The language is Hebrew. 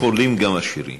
חולים גם עשירים.